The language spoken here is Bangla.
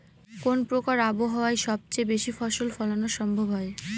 কোন প্রকার আবহাওয়ায় সবচেয়ে বেশি ফসল ফলানো সম্ভব হয়?